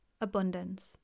abundance